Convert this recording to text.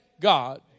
God